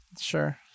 Sure